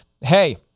hey